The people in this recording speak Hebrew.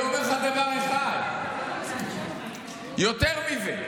אני אומר לך דבר אחד: יותר מזה,